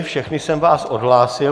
Všechny jsem vás odhlásil.